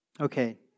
Okay